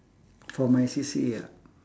for my C_C_A ah